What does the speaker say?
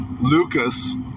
Lucas